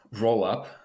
roll-up